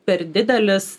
per didelis